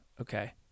Okay